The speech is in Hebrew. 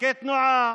פקקי תנועה